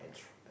and try